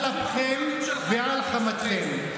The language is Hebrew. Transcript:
על אפכם ועל חמתכם.